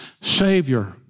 Savior